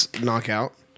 knockout